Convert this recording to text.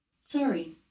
Sorry